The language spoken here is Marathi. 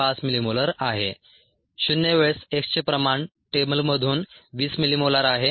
5 मिलीमोलर आहे 0 वेळेस X चे प्रमाण टेबलमधून 20 मिलीमोलर आहे